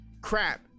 crap